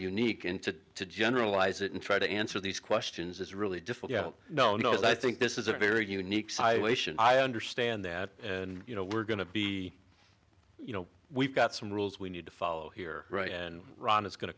unique and to to generalize it and try to answer these questions is really no no i think this is a very unique citation i understand that you know we're going to be you know we've got some rules we need to follow here right and ron is going to